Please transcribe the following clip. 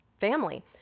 family